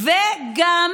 וגם